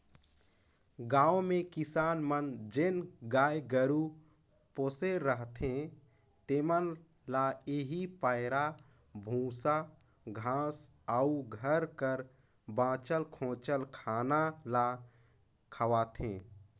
गाँव में किसान मन जेन गाय गरू पोसे रहथें तेमन ल एही पैरा, बूसा, घांस अउ घर कर बांचल खोंचल खाना ल खवाथें